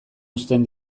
uzten